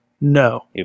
No